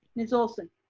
ms. olson.